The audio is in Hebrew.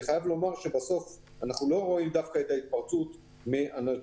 אני חייב לומר שבסוף אנחנו לא רואים את ההתפרצות בתוך